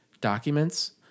documents